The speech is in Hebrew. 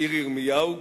עיר ירמיהו,